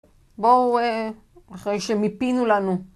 בואו אחרי שמיפינו לנו